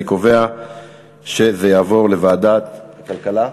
אני קובע שזה יעבור לוועדת המדע.